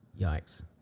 yikes